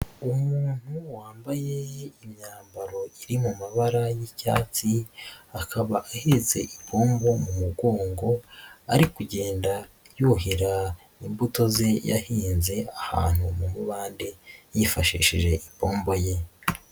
Umuntu wambaye imyambaro iri mu mabara y'icyatsi, akaba ahetse ipombo mu mugongo, ari kugenda yuhira imbuto ze yahinze ahantu mu mubande yifashishije ipombo ye.